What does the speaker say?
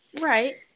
right